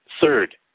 third